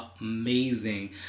amazing